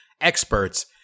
experts